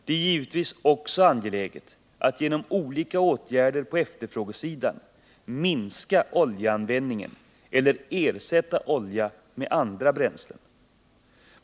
Det är givetvis också angeläget att genom olika åtgärder på efterfrågesidan minska oljeanvändningen eller ersätta olja med andra bränslen.